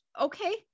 Okay